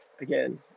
again